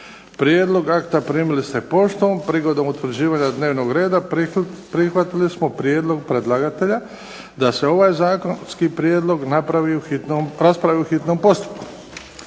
Prijedlog akta primili ste poštom. Prigodom utvrđivanja dnevnog reda prihvatili smo prijedlog predlagatelja da se ovaj zakonski prijedlog raspravi u hitnom postupku.